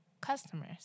customers